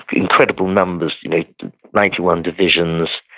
incredible numbers, ninety ninety one divisions,